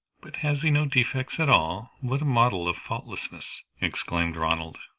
but has he no defects at all? what a model of faultlessness! exclaimed ronald.